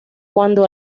cuando